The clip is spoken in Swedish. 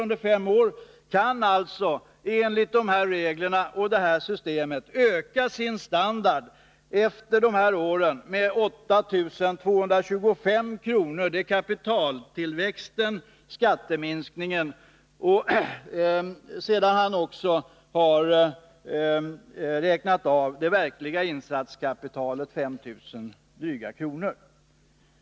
under fem år kan alltså efter de åren enligt detta systems regler öka sin standard med 8 225 kr. till följd av kapitaltillväxten och skatteminskningen och sedan det verkliga insatskapitalet på drygt 5 000 kr. räknats av.